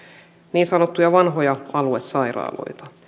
niin sanottuja vanhoja aluesairaaloita